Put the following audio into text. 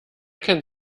kennt